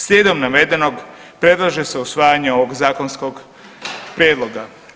Slijedom navedenog predlaže se usvajanje ovog zakonskog prijedlog.